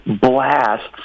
blasts